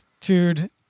Dude